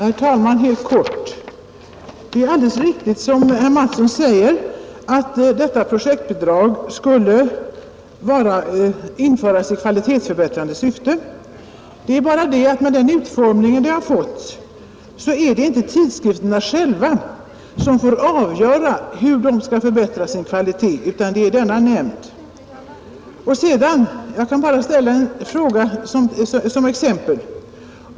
Herr talman! Helt kort! Det är alldeles riktigt som herr Mattsson i Lane-Herrestad säger att detta projektbidrag skall införas i kvalitetsförbättrande syfte. Det är bara så att med den utformning stödet då erhåller är det inte tidskrifterna själva som får avgöra hur de skall förbättra sin kvalitet. Jag kan ställa en fråga som exempel.